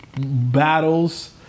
battles